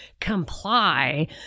comply